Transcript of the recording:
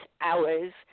hours